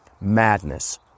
Madness